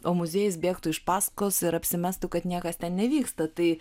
o muziejus bėgtų iš pasakos ir apsimestų kad niekas ten nevyksta tai